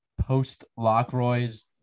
post-Lockroy's